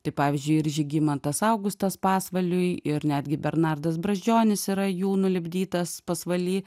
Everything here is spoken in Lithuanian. tai pavyzdžiui ir žygimantas augustas pasvaliui ir netgi bernardas brazdžionis yra jų nulipdytas pasvaly